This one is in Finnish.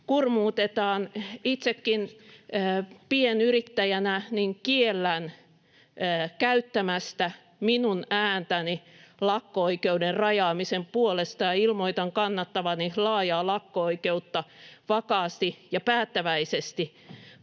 kurmuutetaan. Itsekin pienyrittäjänä kiellän käyttämästä minun ääntäni lakko-oikeuden rajaamisen puolesta ja ilmoitan kannattavani laajaa lakko-oikeutta vakaasti ja päättäväisesti